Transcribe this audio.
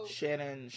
Shannon